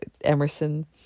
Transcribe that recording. Emerson